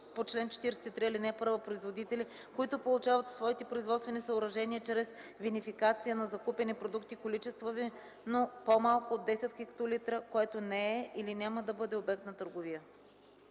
по чл. 43, ал. 1 производители, които получават в своите производствени съоръжения чрез винификация на закупени продукти количество вино, по-малко от 10 хектолитра, което не е или няма да бъде обект на търговия.